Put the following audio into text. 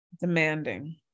Demanding